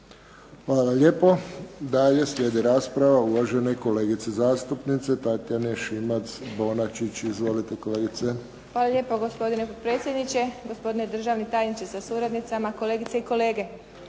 Hvala lijepo. Dalje slijedi rasprava uvažene kolegice zastupnice Tatjane Šimac-Bonačić. Izvolite kolegice. **Šimac Bonačić, Tatjana (SDP)** Hvala lijepo gospodine potpredsjedniče, gospodine državni tajniče sa suradnicama, kolegice i kolege.